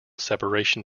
separation